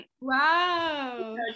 wow